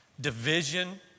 division